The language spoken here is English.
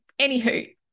Anywho